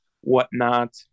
whatnot